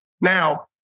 Now